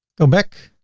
go back.